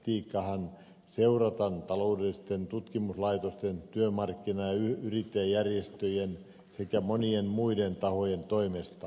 talouspolitiikkaahan seurataan taloudellisten tutkimuslaitosten työmarkkina ja yrittäjäjärjestöjen sekä monien muiden tahojen toimesta